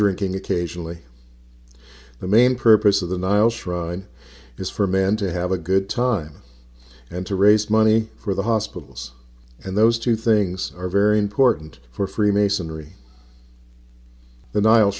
drinking occasionally the main purpose of the nile shrine is for men to have a good time and to raise money for the hospitals and those two things are very important for freemasonry